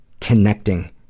connecting